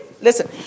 Listen